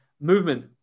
movement